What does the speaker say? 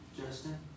Justin